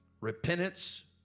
repentance